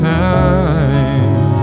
time